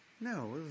no